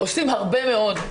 עושים הרבה מאוד.